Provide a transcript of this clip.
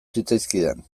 zitzaizkidan